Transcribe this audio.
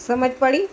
સમજ પડી